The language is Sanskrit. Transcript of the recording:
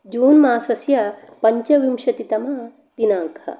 जून् मासस्य पञ्चविंशतितम दिनाङ्कः